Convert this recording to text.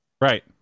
Right